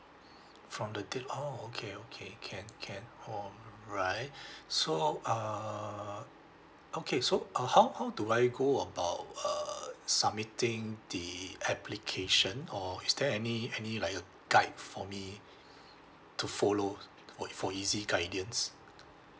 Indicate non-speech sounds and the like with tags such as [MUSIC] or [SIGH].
[BREATH] from the date oh okay okay can can alright [BREATH] so err okay so uh how how do I go about uh submitting the application or is there any any like a guide for me [BREATH] to follow [NOISE] for e~ for easy guidance